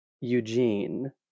Eugene